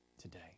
today